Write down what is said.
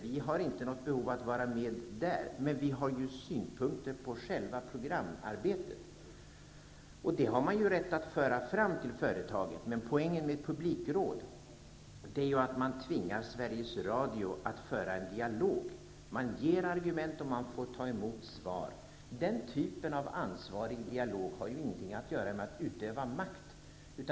Vi har inte något behov av att vara med där, men vi har synpunkter på själva programarbetet.'' Det har man ju rätt att föra fram till företaget, men poängen med ett publikråd är att man tvingar Sveriges Radio att föra en dialog. Man ger argument, och man får ta emot svar. Den typen av ansvarig dialog har ingenting att göra med att utöva makt.